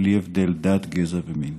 בלי הבדל דת, גזע ומין".